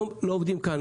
לא עובדים כאן,